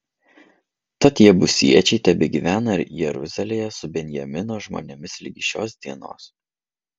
tad jebusiečiai tebegyvena jeruzalėje su benjamino žmonėmis ligi šios dienos